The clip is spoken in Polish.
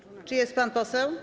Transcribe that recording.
Czy jest pan poseł?